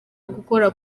gukora